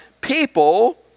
people